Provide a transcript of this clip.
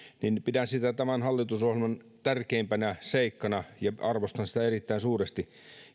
tämän hallitusohjelman tärkeimpänä seikkana ja arvostan sitä erittäin suuresti